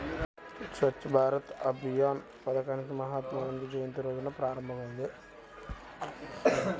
స్వచ్ఛ్ భారత్ అభియాన్ పథకాన్ని మహాత్మాగాంధీ జయంతి రోజున ప్రారంభమైంది